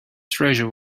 treasure